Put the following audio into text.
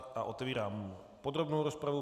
Otevírám podrobnou rozpravu.